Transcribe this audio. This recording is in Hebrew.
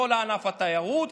לא לענף התיירות,